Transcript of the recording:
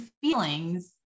feelings